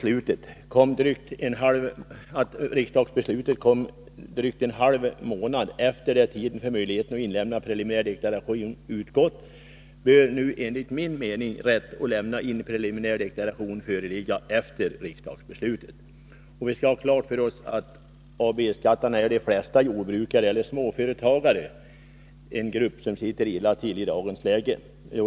Med hänsyn till att riksdagsbeslutet kom drygt en halv månad efter det att tiden för möjligheten att inlämna preliminär deklaration utgått, bör nu enligt min mening rätt att lämna in preliminär deklaration föreligga efter riksdagsbeslutet. Vi skall ha klart för oss att de flesta B-skattebetalarna är jordbrukare eller småföretagare, en grupp som sitter illa till i dagens läge.